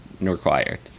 required